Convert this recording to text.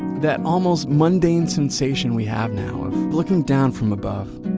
that almost mundane sensation we have now of looking down from above,